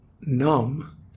numb